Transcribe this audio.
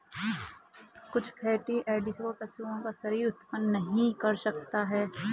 कुछ fatty acid को पशुओं का शरीर उत्पन्न नहीं कर सकता है